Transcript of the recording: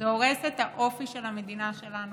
זה הורס את האופי של המדינה שלנו,